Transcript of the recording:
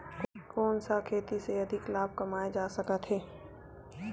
कोन सा खेती से अधिक लाभ कमाय जा सकत हे?